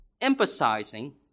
emphasizing